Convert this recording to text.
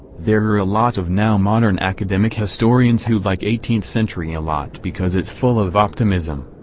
there're a lot of now modern academic historians who like eighteenth century a lot because it's full of optimism.